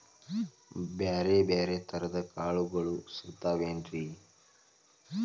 ಬ್ಯಾರೆ ಬ್ಯಾರೆ ತರದ್ ಕಾಳಗೊಳು ಸಿಗತಾವೇನ್ರಿ?